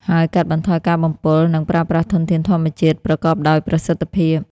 ហើយកាត់បន្ថយការបំពុល និងប្រើប្រាស់ធនធានធម្មជាតិប្រកបដោយប្រសិទ្ធភាព។